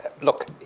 look